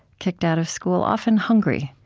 kicked out of school, often hungry.